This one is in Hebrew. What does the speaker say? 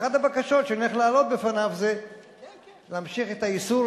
ואחת הבקשות שאני הולך להעלות בפניו זה להמשיך את האיסור,